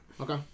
Okay